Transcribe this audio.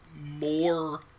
more